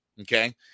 okay